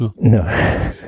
No